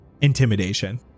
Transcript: Intimidation